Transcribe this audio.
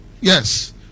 Yes